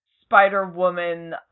Spider-Woman